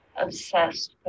Obsessed